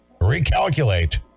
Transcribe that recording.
Recalculate